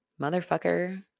Motherfucker